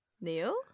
Neil